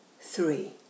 Three